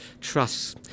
Trusts